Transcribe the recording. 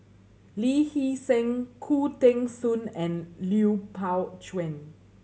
Lee Hee Seng Khoo Teng Soon and Lui Pao Chuen